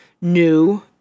new